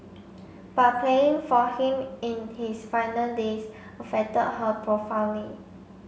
but playing for him in his final days affected her profoundly